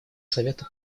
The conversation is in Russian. совета